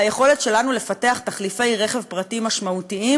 והיכולת שלנו לפתח תחליפי רכב פרטי משמעותיים,